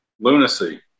Lunacy